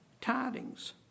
tidings